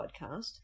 podcast